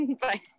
Bye